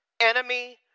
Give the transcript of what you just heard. enemy